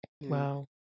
Wow